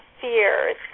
fears